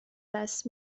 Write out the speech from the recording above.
دست